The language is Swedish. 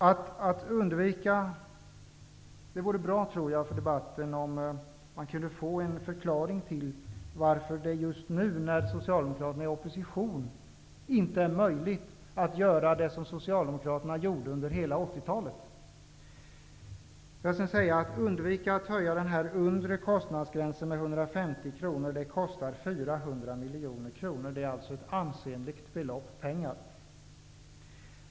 Jag tror att det vore bra för debatten om vi kunde få en förklaring till varför det just nu, när Socialdemokraterna är i opposition, inte är möjligt att göra det som Socialdemokraterna gjorde under hela 80-talet. Att undvika att höja den undre kostnadsgränsen med 150 kr kostar 400 miljoner kronor, alltså ett ansenligt belopp.